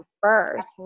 first